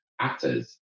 actors